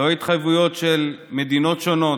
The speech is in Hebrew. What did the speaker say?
לא התחייבויות של מדינות שונות.